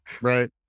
Right